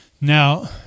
Now